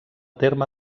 terme